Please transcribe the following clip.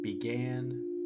began